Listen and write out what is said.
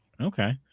Okay